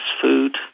food